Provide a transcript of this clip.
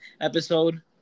episode